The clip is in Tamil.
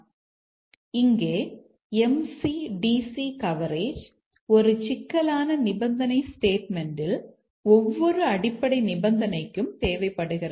எனவே இங்கே MC DC கவரேஜ் ஒரு சிக்கலான நிபந்தனை ஸ்டேட்மெண்ட்யில் ஒவ்வொரு அடிப்படை நிபந்தனைக்கும் தேவைப்படுகிறது